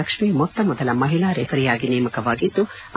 ಲಕ್ಷ್ಣಿ ಮೊಟ್ಟಮೊದಲ ಮಹಿಳಾ ರೆಫರಿಯಾಗಿ ನೇಮಕವಾಗಿದ್ಲು